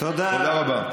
תודה רבה.